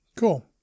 Cool